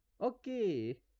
Okay